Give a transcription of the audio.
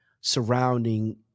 surrounding